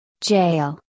jail